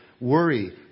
Worry